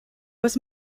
was